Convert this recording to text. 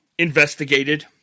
investigated